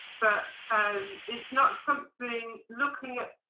but um it's not something looking at